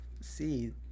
see